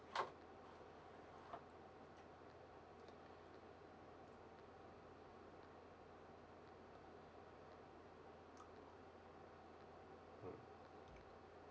mm